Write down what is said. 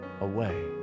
away